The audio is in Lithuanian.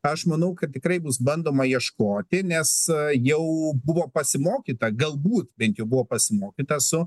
aš manau kad tikrai bus bandoma ieškoti nes jau buvo pasimokyta galbūt bent jau buvo pasimokyta su